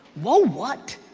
whoa what?